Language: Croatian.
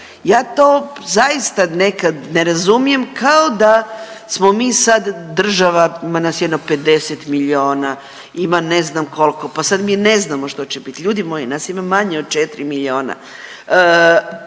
Ja to zaista nekad ne razumijem kao da smo mi sad država ima nas jedno 50 milijuna, ima ne znam koliko, pa sad mi ne znamo što će biti. Ljudi moji nas ima manje od 4 milijuna.